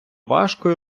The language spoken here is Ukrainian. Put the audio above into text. важко